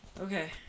Okay